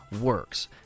works